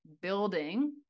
building